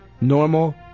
normal